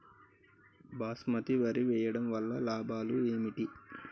బాస్మతి వరి వేయటం వల్ల లాభాలు ఏమిటి?